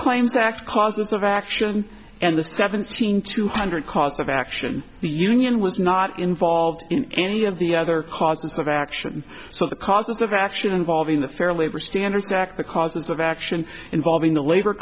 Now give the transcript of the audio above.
claims act causes of action and the seventeen two hundred cause of action the union was not involved in any of the other causes of action so the causes of action involving the fair labor standards act the causes of action involving the labor